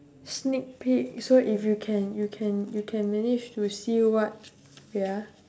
sneak peek so if you can you can you can manage to see what wait ah